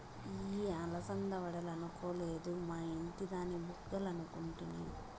ఇయ్యి అలసంద వడలనుకొలేదు, మా ఇంటి దాని బుగ్గలనుకుంటిని